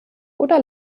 oder